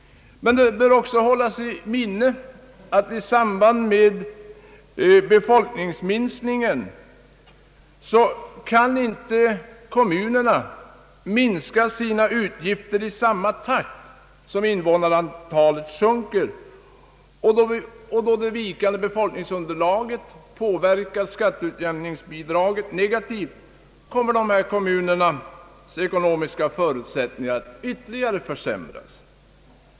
Men det bör också hållas i minnet att avfolkningskommunerna inte kan minska sina utgifter i samma takt som invånarantalet sjunker, och då vikande befolkningsunderlag påverkar skatteutjämningsbidraget negativt blir dessa kommuners ekonomiska förutsättningar ytterligare försämrade.